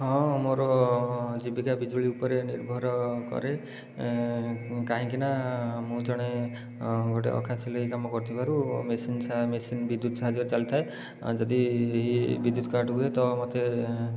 ହଁ ମୋର ଜୀବିକା ବିଜୁଳି ଉପରେ ନିର୍ଭର କରେ କାହିଁକି ନା ମୁଁ ଜଣେ ଗୋଟିଏ ଅଖା ସିଲେଇ କାମ କରୁଥିବାରୁ ମେସିନ୍ ବିଦ୍ୟୁତ ସାହାଯ୍ୟରେ ଚାଲିଥାଏ ଯଦି ବିଦ୍ୟୁତ କାଟ୍ ହୁଏ ତ ମୋତେ